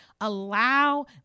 allow